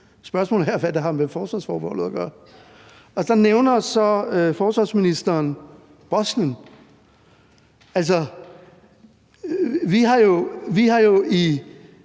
Spørgsmålet er, hvad det har med forsvarsforbeholdet at gøre. Der nævner forsvarsministeren så Bosnien. Altså, vi har jo i